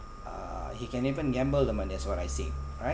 uh he can even gamble the money as what I say right